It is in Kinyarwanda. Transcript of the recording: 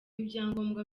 ibyangombwa